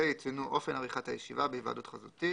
יציינו אופן עריכת הישיבה בהיוועדות חזותית